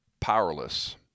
powerless